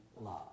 love